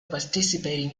participating